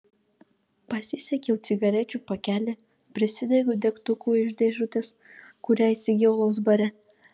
pasisiekiau cigarečių pakelį prisidegiau degtuku iš dėžutės kurią įsigijau alaus bare